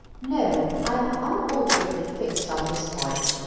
no i am unalterably fixed on this point,